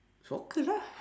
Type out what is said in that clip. soccer lah